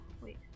wait